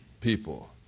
people